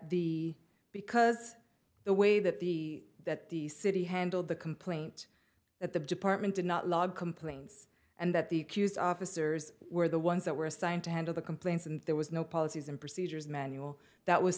the because the way that the that the city handled the complaint that the department did not log complaints and that the queues officers were the ones that were assigned to handle the complaints and there was no policies and procedures manual that was